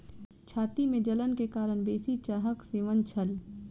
छाती में जलन के कारण बेसी चाहक सेवन छल